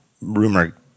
rumor